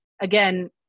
again